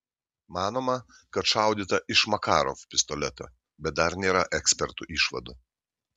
manoma kad šaudyta iš makarov pistoleto bet dar nėra ekspertų išvadų